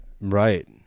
Right